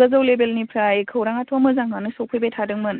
गोजौ लेभेलनिफ्राय खौराङाथ' मोजाङानो सफैबाय थादोंमोन